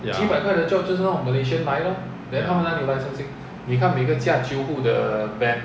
ya ya